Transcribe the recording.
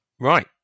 Right